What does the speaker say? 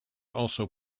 also